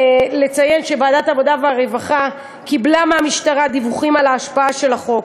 לציין שוועדת העבודה והרווחה קיבלה מהמשטרה דיווחים על ההשפעה של החוק,